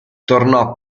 tornò